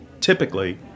typically